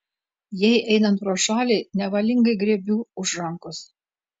jai einant pro šalį nevalingai griebiu už rankos